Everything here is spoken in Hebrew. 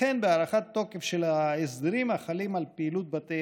וכן הארכת תוקף של ההסדרים החלים על פעילות בתי